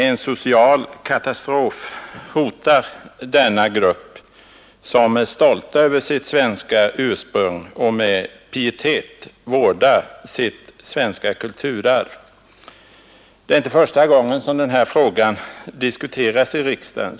En social katastrof hotar denna grupp, som är stolt över sitt svenska ursprung och med pietet vårdar sitt svenska kulturarv. Det är inte första gången som denna fråga diskuteras i riksdagen.